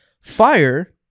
fire